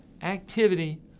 activity